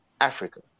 Africa